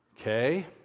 Okay